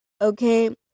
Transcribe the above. okay